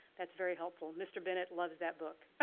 that's very helpful, mr. bennett loves that book. i